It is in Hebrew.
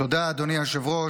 תודה, אדוני היושב-ראש.